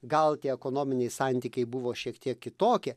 gal tie ekonominiai santykiai buvo šiek tiek kitokie